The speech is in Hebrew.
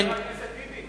חבר הכנסת טיבי,